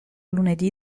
lunedì